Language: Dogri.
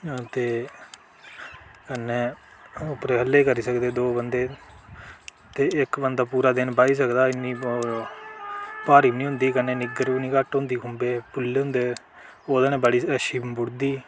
अते कन्नै उप्परे ई ख'ल्ले ई करी सकदे दो बंदे ते इक बंदा पूरा दिन बाही सकदा इन्नी भारी बी निं होंदी कन्नै निग्गर बी निं घट्ट होंदी खुंबे पुल्ले होंदे ओह्दे ने बड़ी अच्छी बुढ़दी